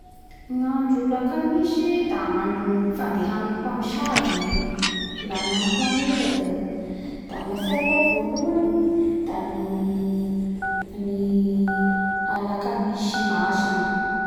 Gnandro lakamisy da andro fandehanany pamosavy i io la agnamiko manoka zay da gnatsaiko ao voalohany da ny da ny lakamisy Masina